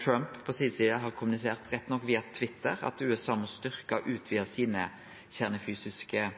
Trump på si side har kommunisert, rett nok via Twitter, at USA må styrkje og utvide sine kjernefysiske